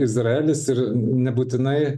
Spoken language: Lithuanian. izraelis ir nebūtinai